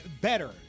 Better